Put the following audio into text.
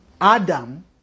Adam